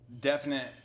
definite